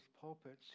pulpits